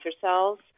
cells